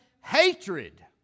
hatred